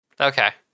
Okay